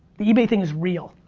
the ebay thing is real.